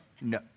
no